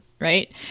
right